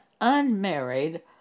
unmarried